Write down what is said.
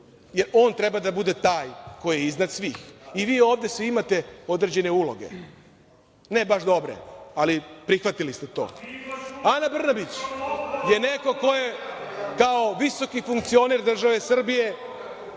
jer on treba da bude taj koji je iznad svih. Vi ovde svi imate određene uloge, ne baš dobre, ali prihvatili ste to. Ana Brnabić je neko ko je kao visoki funkcioner države Srbije